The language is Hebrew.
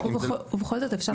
עוד מישהו?